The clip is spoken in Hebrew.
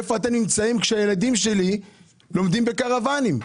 איפה אתם נמצאים כשהילדים שלי לומדים בקרוואנים?